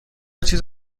چیز